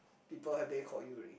people have they call you already